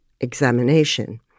examination